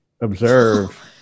observe